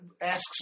asks